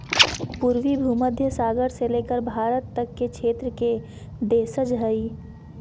पूर्वी भूमध्य सागर से लेकर भारत तक के क्षेत्र के देशज हइ